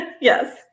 Yes